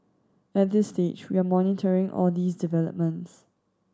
at this stage we are monitoring all these developments